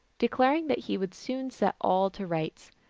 declaring that he would soon set all to rights.